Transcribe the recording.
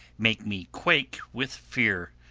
make me quake with fear?